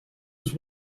was